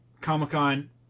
Comic-Con